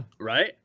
right